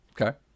Okay